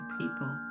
people